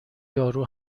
یارو